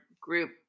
group